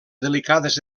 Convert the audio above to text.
delicades